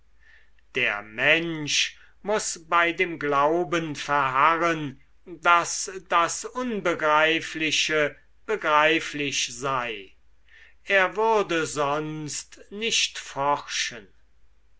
der mensch muß bei dem glauben verharren daß das unbegreifliche begreiflich sei er würde sonst nicht forschen